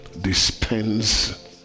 dispense